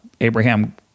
Abraham